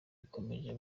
ikomeje